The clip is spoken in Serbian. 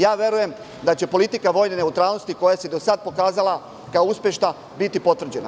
Ja verujem da će politika vojne neutralnosti, koja se do sada pokazala kao uspešna, biti potvrđena.